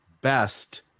best